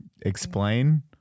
Explain